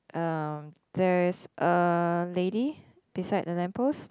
um there's a lady beside the lamp post